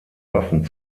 waffen